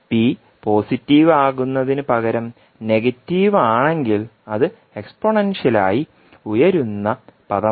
p positive ആകുന്നതിനുപകരം p negative ആണെങ്കിൽ അത് എക്സ്പോണൻഷൃലായി ഉയരുന്ന പദമാണ്